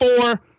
four